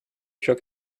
shook